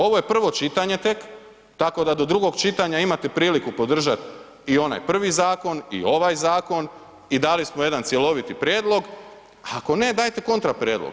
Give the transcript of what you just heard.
Ovo je prvo čitanje tek, tako da do drugog čitanja imate priliku podržat i onaj prvi zakon i ovaj zakon i dali smo jedan cjeloviti prijedlog, ako ne dajte kontra prijedlog.